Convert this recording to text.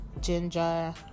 Ginger